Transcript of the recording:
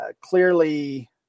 clearly